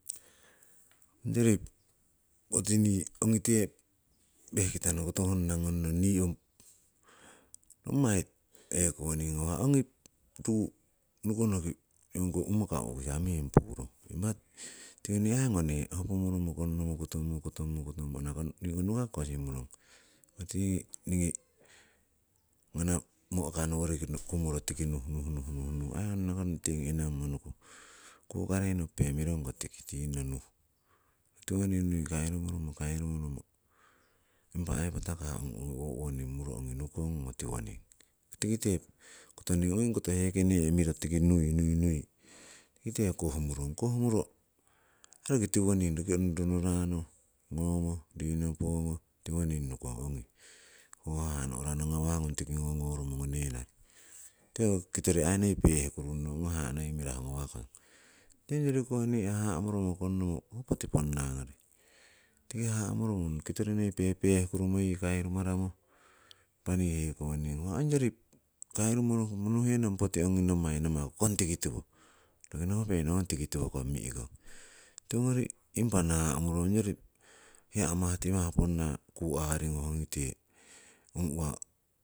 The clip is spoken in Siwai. Onyori poti nii ongite pehkitano koto honnakonnong, nii ong nommai hekowoning ngawah, ongi ruu nukonoki ongko ummoka u'kisa meng puurong. Impah tiko aii nii ngone hopumoromo konnomo kotomumo, kotomumo, kotomumo, niko nuka kikoh simurong, impah tingi nganah mo'ka noworiki kumuro tiki nuh, nuh, nuh aii honnakonnong tingi inangmonuku, kukarei nopupe mirongko tiki tinnoh nuh. Tiwoning nui kairumoromoro, kairumoromo impa aii patakah ong owoning murong ongi nukong tiwoning. Tikite ongi koto hekene' miro tiki nui, nui, tikite owokoh muron, koh muro oh yaki tiwoning, roki ong rono rano ngomo rino pogoh tiwoning nukong ongi. Ho haha'ngung nohranoh ngawahngung tiki ngogorumo ngonenari, tikiko oh kitori noi pehkurung nong haha' noi mirahu ngawakong, onyori ronokoh noi haha' moromo konnomo oh poti ponnangori, tiki haha' moromo ong kitori noi pehpehkuruno yii kairumaramo. Impah nii hekowoning oh onjori kairumoromo nuhenon poti manni namaku kong tikitowo manni nokopenon oh kong tikitowoh kom mihkon, tiwogori impah namurong heya hamah timah ponnaa ku aringungite.